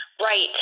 Right